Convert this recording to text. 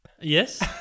Yes